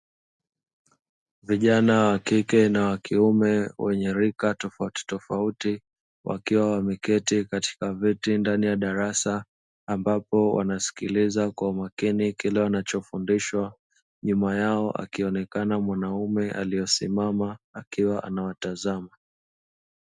Vijana wakike na wakime wenye rika tofauti tofauti, wakiwa wameketi katika viti ndani ya darasa, ambapo wanasikiliza kwa umakini kile wanachofundishwa, nyuma yao akionekana mwanaume aliye simama akiwa anawatazama.